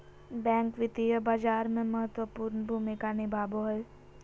bank वित्तीय बाजार में महत्वपूर्ण भूमिका निभाबो हइ